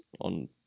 on